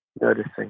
noticing